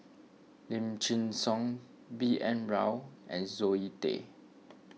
Lim Chin Siong B N Rao and Zoe Tay